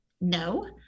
no